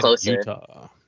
Utah